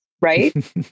Right